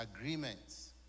agreements